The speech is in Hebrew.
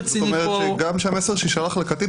זאת אומרת שגם המסר שיישלח לקטין,